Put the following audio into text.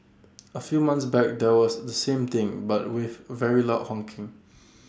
A few month back there was the same thing but with very loud honking